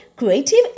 Creative